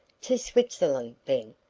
to switzerland, then?